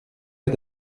est